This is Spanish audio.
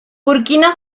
burkina